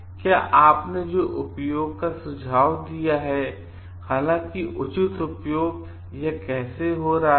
क्या आपने जो उपयोग का सुझाव दिया है हालांकि उचित उपयोग यह कैसे उपयोग हो रहा है